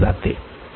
वापरली जाते